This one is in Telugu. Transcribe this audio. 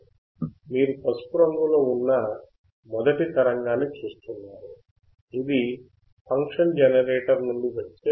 మీరు పసుపు రంగులో ఉన్న మొదటి తరంగాన్ని చూస్తున్నారు ఇది ఫంక్షన్ జనరేటర్ నుండి వచ్చే తరంగము